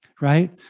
right